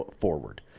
forward